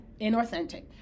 inauthentic